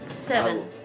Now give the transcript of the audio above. seven